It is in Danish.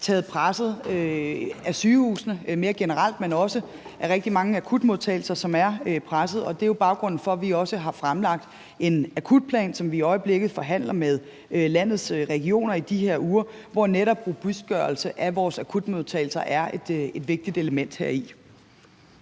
taget presset af sygehusene mere generelt, men der er også rigtig mange akutmodtagelser, som er presset, og det er også baggrunden for, at vi har fremlagt en akutplan, som vi i øjeblikket forhandler med landets regioner i de her uger, og netop robustgørelse af vores akutmodtagelser er et vigtigt element heri.